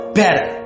better